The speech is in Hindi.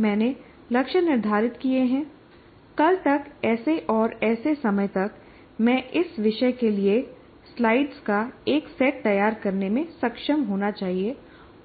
मैंने लक्ष्य निर्धारित किए हैं कल तक ऐसे और ऐसे समय तक मैं इस विषय के लिए स्लाइड्स का एक सेट तैयार करने में सक्षम होना चाहिए